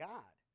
God